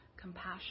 compassion